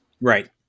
Right